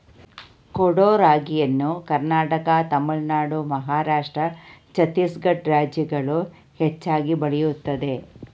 ಕೊಡೋ ರಾಗಿಯನ್ನು ಕರ್ನಾಟಕ ತಮಿಳುನಾಡು ಮಹಾರಾಷ್ಟ್ರ ಛತ್ತೀಸ್ಗಡ ರಾಜ್ಯಗಳು ಹೆಚ್ಚಾಗಿ ಬೆಳೆಯುತ್ತದೆ